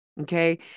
okay